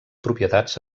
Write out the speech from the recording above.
propietats